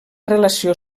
relació